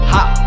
Hot